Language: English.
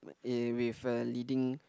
eh with a leading